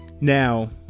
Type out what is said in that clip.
now